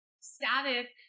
Static